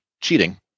cheating